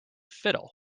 fiddle